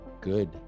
good